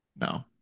No